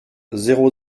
zéro